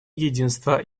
единства